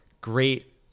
great